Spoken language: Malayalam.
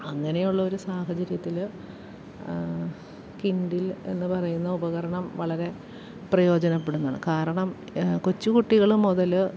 അങ്ങനെയുള്ളൊരു സാഹചര്യത്തില് കിൻഡില് എന്ന് പറയുന്ന ഉപകരണം വളരെ പ്രയോജനപ്പെടുന്നതാണ് കാരണം കൊച്ചുകുട്ടികള് മുതല്